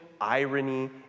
irony